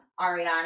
Ariana